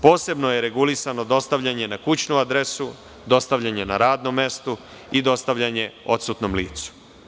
Posebno je regulisano dostavljanje na kućnu adresu, dostavljanje na radnom mestu i dostavljanje odsutnom licu.